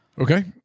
Okay